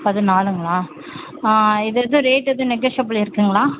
பதினாலுங்களா இது எதுவும் ரேட் எதுவும் நெகஷியபில் இருக்குதுங்களா